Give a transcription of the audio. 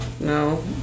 No